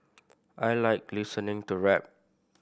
I like listening to rap